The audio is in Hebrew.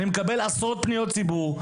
אני מקבל עשרות פניות ציבור,